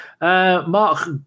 Mark